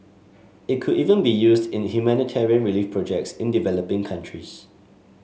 it could even be used in humanitarian relief projects in developing countries